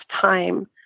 time